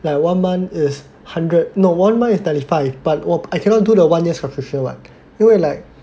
like one month is hundred no one month is ninety five but 我 I cannot give the one year subscription [one] 因为 like